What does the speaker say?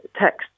text